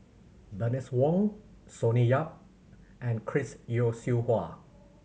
Bernice Wong Sonny Yap and Chris Yeo Siew Hua